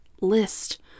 list